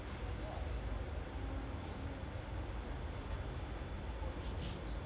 you know I just know the the wage between the man and woman in football is so much